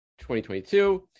2022